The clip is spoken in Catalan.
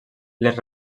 les